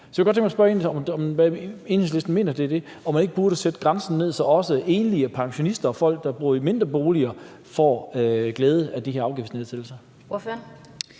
Så jeg kunne godt tænke mig at spørge ind til, hvad Enhedslisten mener om det, og om man ikke burde sætte grænsen ned, så også enlige, pensionister og folk, der bor i mindre boliger, får glæde af de her afgiftsnedsættelser. Kl.